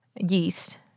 yeast